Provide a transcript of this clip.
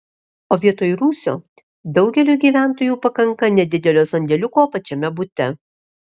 o vietoj rūsio daugeliui gyventojų dabar pakanka nedidelio sandėliuko pačiame bute